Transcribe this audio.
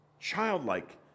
childlike